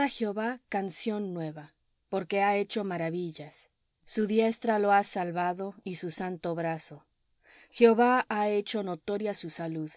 á jehová canción nueva porque ha hecho maravillas su diestra lo ha salvado y su santo brazo jehová ha hecho notoria su salud